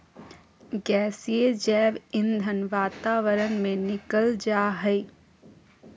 गैसीय जैव ईंधन वातावरण में निकल जा हइ